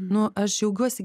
nu aš džiaugiuosi